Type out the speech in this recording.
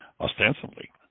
ostensibly